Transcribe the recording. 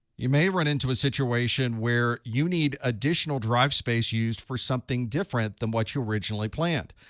you may run into a situation where you need additional drive space used for something different than what you originally planned.